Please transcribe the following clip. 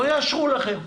לא יאשרו לכם.